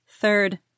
Third